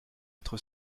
être